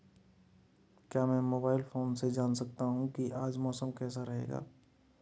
क्या मैं mobile phone से जान सकता हूँ कि आज मौसम कैसा रहेगा?